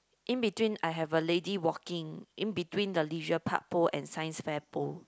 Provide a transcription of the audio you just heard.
in between I have a lady walking in between the leisure park pole and Science fair pole